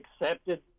accepted